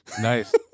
Nice